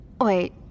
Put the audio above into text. Wait